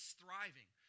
thriving